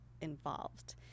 involved